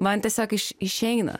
man tiesiog iš išeina